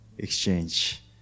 exchange